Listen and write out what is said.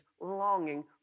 longing